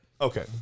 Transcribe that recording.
Okay